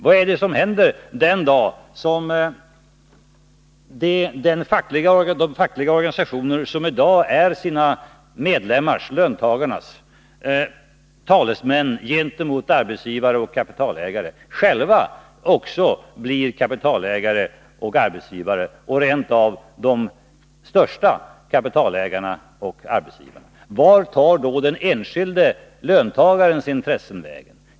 Vad är det som händer den dag då de fackliga organisationer som i dag är sina medlemmars, löntagarnas, talesmän gentemot arbetsgivare och kapitalägare själva också blir kapitalägare och arbetsgivare, rent av de största kapitalägarna? Vart tar den enskilde löntagarens intressen vägen?